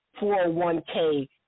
401k